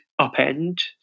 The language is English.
upend